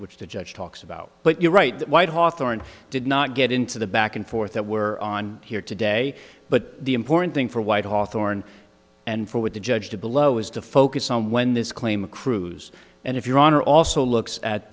which the judge talks about but you're right that white hawthorn did not get into the back and forth that were on here today but the important thing for white hawthorn and for with the judge to below is to focus on when this claim of cruz and if your honor also looks at